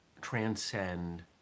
transcend